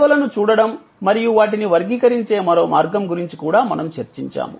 సేవలను చూడటం మరియు వాటిని వర్గీకరించే మరో మార్గం గురించి కూడా మనము చర్చించాము